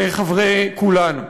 לחברי כולנו,